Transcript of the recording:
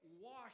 wash